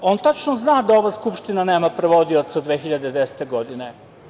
On tačno zna da ova Skupština nema prevodioca od 2010. godine.